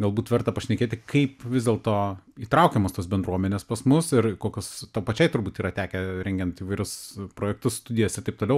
galbūt verta pašnekėti kaip vis dėlto įtraukiamos tos bendruomenės pas mus ir kokios tau pačiai turbūt yra tekę rengiant įvairius projektus studijas ir taip toliau